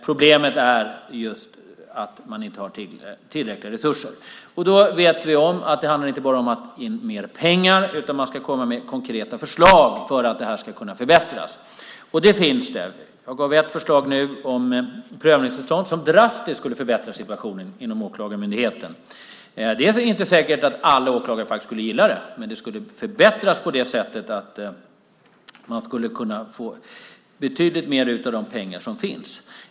Problemet är just att man inte har tillräckliga resurser. Vi vet att det inte bara handlar om att ge mer pengar, utan man ska komma med konkreta förslag för att det här ska kunna förbättras. Det finns sådana. Jag gav ett förslag nu om prövningstillstånd som drastiskt skulle förbättra situationen inom Åklagarmyndigheten. Det är inte säkert att alla åklagare faktiskt skulle gilla det, men situationen skulle förbättras på det sättet att man skulle kunna få ut betydligt mer av de pengar som finns.